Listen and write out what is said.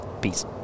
peace